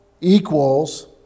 equals